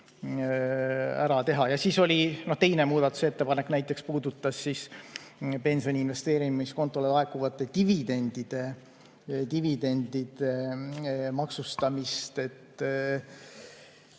ära teha. Siis oli teine muudatusettepanek, mis puudutas pensioni investeerimiskontole laekuvate dividendide maksustamist.